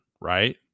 Right